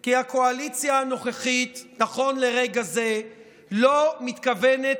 כי נכון לרגע זה הקואליציה הנוכחית לא מתכוונת